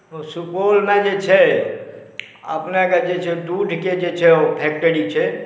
सुपौलमे जे छै अपनेके जे छै दूधके जे फैक्टरी छै